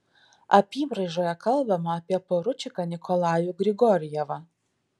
apybraižoje kalbama apie poručiką nikolajų grigorjevą